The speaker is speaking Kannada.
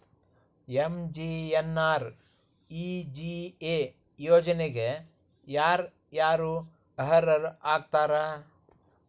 ಎಂ.ಜಿ.ಎನ್.ಆರ್.ಇ.ಜಿ.ಎ ಯೋಜನೆಗೆ ಯಾರ ಯಾರು ಅರ್ಹರು ಆಗ್ತಾರ?